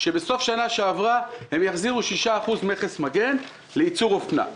בסוף השנה שעברה הם היו אמורים להחזיר 6% מכס מגן לייצור אופנה.